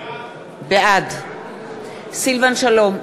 בעד סילבן שלום,